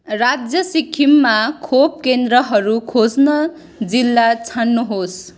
राज्य सिक्किममा खोप केन्द्रहरू खोज्न जिल्ला छान्नुहोस्